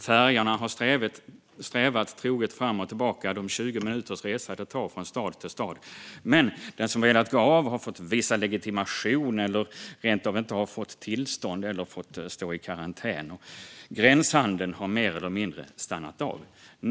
Färjorna har stävat troget fram och tillbaka de 20 minuter det tar att resa från stad till stad, men den som har velat gå av har fått visa legitimation, rent av inte fått tillstånd att gå av alls eller har måst vara i karantän. Gränshandeln har mer eller mindre stannat av.